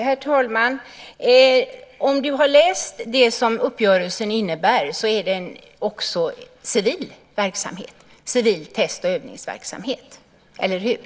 Herr talman! Om du har läst det som uppgörelsen innebär är det också fråga om civil verksamhet, civil test och övningsverksamhet. Eller hur?